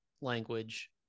language